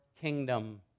kingdom